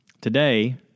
today